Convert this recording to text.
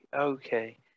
okay